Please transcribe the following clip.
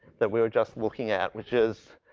that we were just looking at. which is,